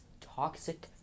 toxic